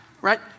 right